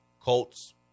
Colts